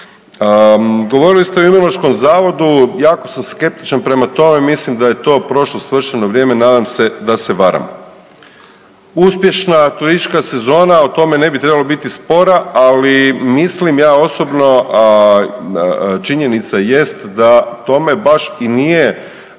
Govorili ste i o Imunološkom zavodu, jako sam skeptičan prema tome, mislim da je to prošlo svršeno vrijeme, nadam se da se varam. Uspješna turistička sezona, o tome ne bi trebalo biti spora, ali mislim ja osobno, a činjenica jest da tome baš i nije